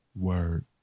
Word